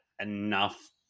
enough